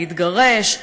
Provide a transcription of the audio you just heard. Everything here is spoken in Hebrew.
להתגרש,